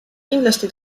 kindlasti